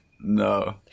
No